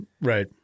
right